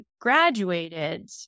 graduated